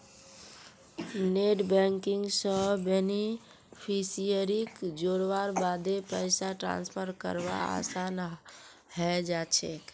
net banking स बेनिफिशियरीक जोड़वार बादे पैसा ट्रांसफर करवा असान है जाछेक